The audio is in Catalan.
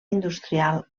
industrial